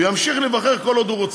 והוא ימשיך להיבחר כל עוד הוא רוצה,